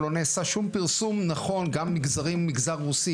לא נעשה שום פרסום נכון גם במגזר רוסי,